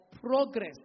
progress